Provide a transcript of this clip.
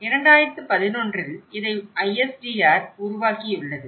2011 இல் இதை ISDR உருவாக்கியுள்ளது